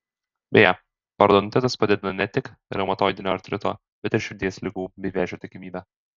beje parodontitas padidina ne tik reumatoidinio artrito bet ir širdies ligų bei vėžio tikimybę